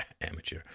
amateur